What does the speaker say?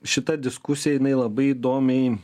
šita diskusija jinai labai įdomiai